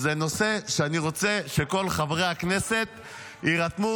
זה נושא שאני רוצה שכל חברי הכנסת יירתמו,